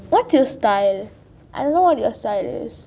what is your style I don't know what your style is